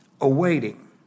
Awaiting